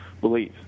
believe